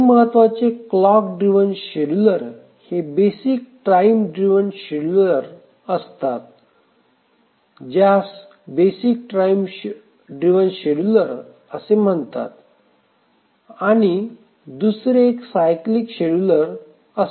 काही महत्त्वाचे clock driven scheduler हे बेसिक टाइम ड्रिव्हन शेड्युलर असतात ज्यास बेसिक टेबल ड्रिव्हन शेड्युलर असे म्हणतात आणि दुसरे एक सायकलीक शेड्युलर cyclic scheduler